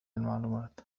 المعلومات